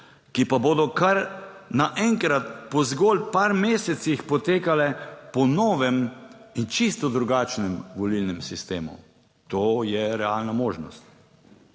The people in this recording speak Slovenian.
ki pa bodo kar naenkrat po zgolj par mesecih potekale po novem in čisto drugačnem volilnem sistemu. To je realna možnost